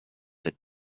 that